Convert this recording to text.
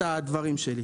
הדברים שלי.